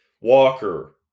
Walker